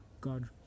God